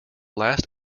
last